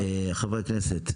חברי הכנסת?